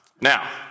Now